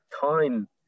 time